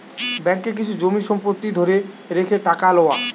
ব্যাঙ্ককে কিছু জমি সম্পত্তি ধরে রেখে টাকা লওয়া